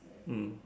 mm